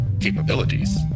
capabilities